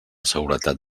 seguretat